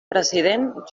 president